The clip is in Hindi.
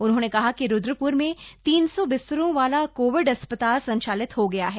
उन्होंने कहा कि रूद्रप्र में तीन सौ बिस्तरों वाला कोविड अस्पताल संचालित हो गया है